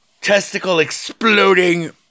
testicle-exploding